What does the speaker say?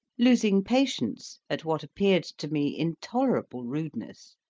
losing patience at what appeared to me intolerable rudeness,